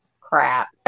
Crap